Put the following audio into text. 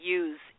use